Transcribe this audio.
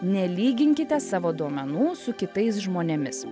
nelyginkite savo duomenų su kitais žmonėmis